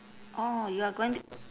orh you are going to